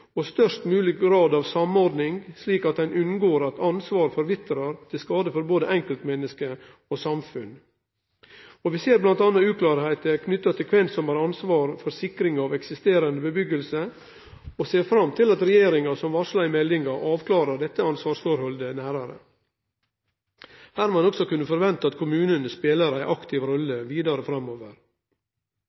slik at ein unngår at ansvar forvitrar, til skade for både enkeltmenneske og samfunn. Vi ser bl.a. uklarheiter knytte til kven som har ansvar for sikring av eksisterande busetjing, og vi ser fram til at regjeringa, som varsla i meldinga, avklarer dette ansvarsforholdet nærare. Her må ein også kunne forvente at kommunane spelar ei aktiv rolle vidare framover.